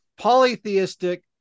polytheistic